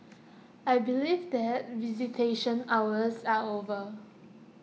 I believe that visitation hours are over